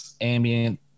ambient